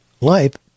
life